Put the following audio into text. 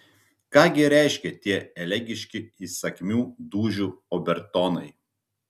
ką gi reiškia tie elegiški įsakmių dūžių obertonai